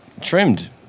trimmed